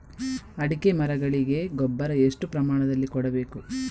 ಅಡಿಕೆ ಮರಗಳಿಗೆ ಗೊಬ್ಬರ ಎಷ್ಟು ಪ್ರಮಾಣದಲ್ಲಿ ಕೊಡಬೇಕು?